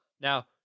Now